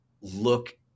look